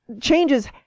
changes